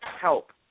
help